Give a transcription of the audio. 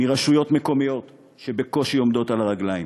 מרשויות מקומיות שבקושי עומדות על הרגליים,